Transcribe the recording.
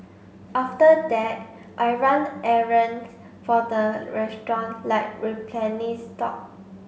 after that I run errands for the restaurant like replenish stock